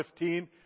15